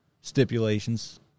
stipulations